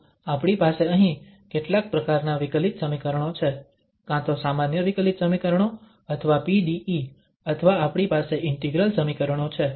તો આપણી પાસે અહીં કેટલાક પ્રકારનાં વિકલિત સમીકરણો છે કાં તો સામાન્ય વિકલિત સમીકરણો અથવા PDE અથવા આપણી પાસે ઇન્ટિગ્રલ સમીકરણો છે